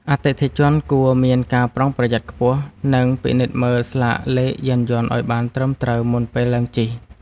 អតិថិជនគួរមានការប្រុងប្រយ័ត្នខ្ពស់ និងពិនិត្យមើលស្លាកលេខយានយន្តឱ្យបានត្រឹមត្រូវមុនពេលឡើងជិះ។